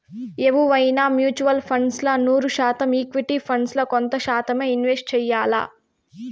ఎవువైనా mutual funds ల నూరు శాతం ఈక్విటీ ఫండ్స్ ల కొంత శాతమ్మే ఇన్వెస్ట్ చెయ్యాల్ల